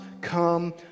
come